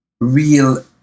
real